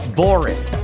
boring